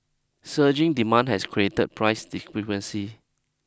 surging demand has created price discrepancies